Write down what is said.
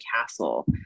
Castle